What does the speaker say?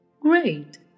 Great